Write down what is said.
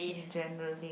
mm generally